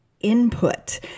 input